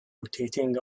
rotating